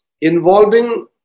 involving